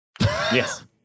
yes